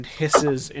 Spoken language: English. hisses